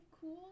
cool